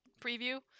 preview